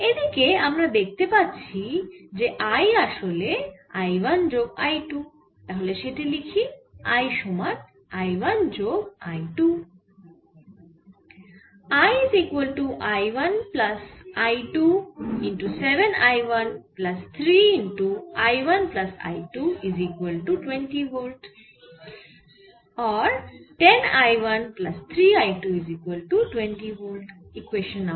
এদিকে আমরা দেখতে পাচ্ছি যে I আসলে হল I 1 যোগ I 2 তাহলে সেটি লিখি I সমান I 1 যোগ I 2